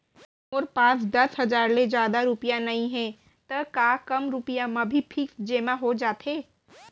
मोर पास दस हजार ले जादा रुपिया नइहे त का कम रुपिया म भी फिक्स जेमा हो जाथे?